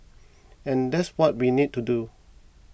and that's what we need to do